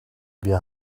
wir